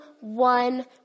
one